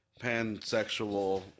pansexual